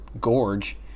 gorge